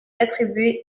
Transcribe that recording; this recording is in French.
attribué